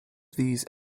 these